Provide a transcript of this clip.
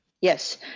Yes